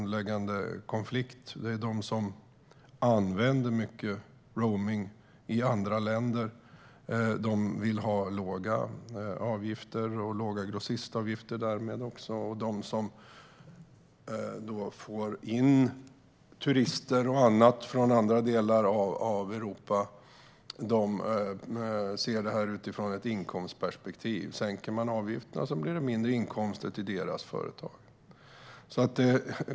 Den konflikten står mellan dem som använder mycket roaming i andra länder, och därmed vill ha låga avgifter och låga grossistavgifter, och dem som får in turister och andra från andra delar av Europa och därför ser det här utifrån ett inkomstperspektiv: Sänker man avgifterna blir det mindre inkomster till deras företag.